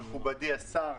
מכובדי השר,